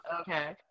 okay